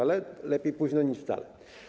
Ale lepiej późno niż wcale.